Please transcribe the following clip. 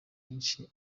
benshi